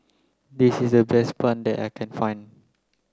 this is the best bun that I can find